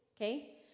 okay